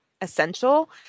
essential